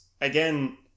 Again